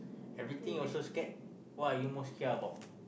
everything also scared what are you most scared about